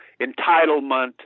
entitlement